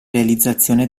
realizzazione